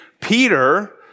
Peter